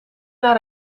naar